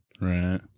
Right